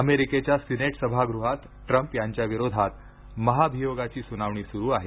अमेरिकेच्या सिनेट सभागृहात ट्रम्प यांच्याविरोधात महाभियोगाची सुनावणी सुरू आहे